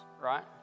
right